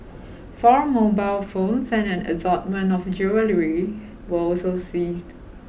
four mobile phones and an assortment of jewellery were also seized